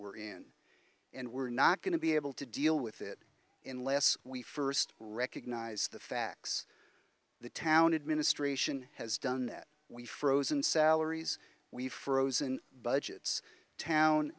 we're in and we're not going to be able to deal with it in less we first recognize the facts the town administration has done that we frozen salaries we've frozen budgets town